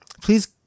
Please